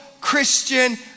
christian